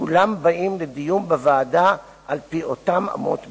כולם באים לדיון בוועדה על-פי אותן אמות מידה.